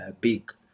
big